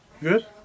Good